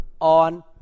on